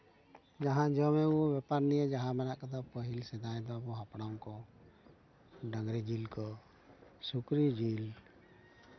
ᱡᱟᱦᱟᱸ ᱡᱚᱢ ᱟᱹᱜᱩ ᱵᱮᱯᱟᱨ ᱱᱤᱭᱮ ᱡᱟᱦᱟᱸ ᱢᱮᱱᱟᱜ ᱠᱟᱫᱟ ᱯᱟᱹᱦᱤᱞ ᱥᱮᱫᱟᱭ ᱫᱚ ᱟᱵᱚ ᱦᱟᱯᱲᱟᱢ ᱠᱚ ᱰᱟᱹᱝᱨᱤ ᱡᱤᱞ ᱠᱚ ᱥᱩᱠᱨᱤ ᱡᱤᱞ